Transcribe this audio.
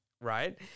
right